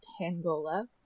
Tangola